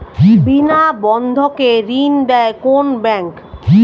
বিনা বন্ধকে ঋণ দেয় কোন ব্যাংক?